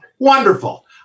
Wonderful